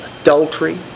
adultery